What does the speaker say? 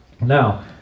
now